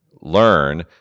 learn